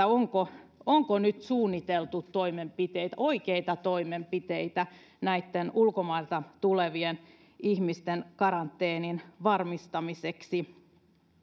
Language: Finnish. onko onko nyt suunniteltu toimenpiteitä oikeita toimenpiteitä näitten ulkomailta tulevien ihmisten karanteenin varmistamiseksi